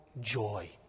joy